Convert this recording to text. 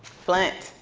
flint.